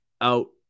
out